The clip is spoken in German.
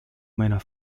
meiner